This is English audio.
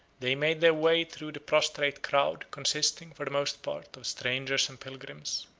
they made their way through the prostrate crowd, consisting, for the most part, of strangers and pilgrims,